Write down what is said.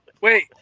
Wait